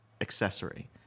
accessory